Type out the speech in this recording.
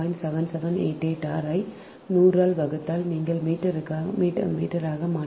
7788 r ஐ நூறால் வகுத்தால் நீங்கள் மீட்டராக மாற்ற வேண்டும்